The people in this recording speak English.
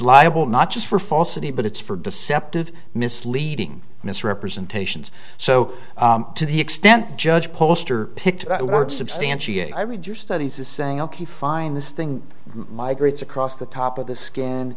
liable not just for falsity but it's for deceptive misleading misrepresentations so to the extent judge poster picked i would substantiate i read your studies is saying ok fine this thing migrates across the top of the skin